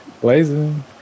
Blazing